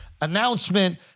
announcement